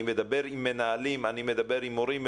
אני מדבר עם מנהלים, אני מדבר עם מורים.